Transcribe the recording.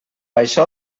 això